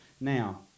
Now